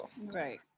right